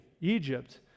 Egypt